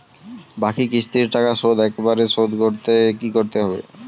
বাকি কিস্তির টাকা শোধ একবারে শোধ করতে কি করতে হবে?